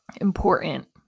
important